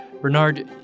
Bernard